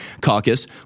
caucus